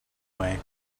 way